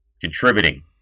contributing